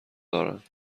دارند